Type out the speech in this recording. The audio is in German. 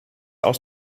aus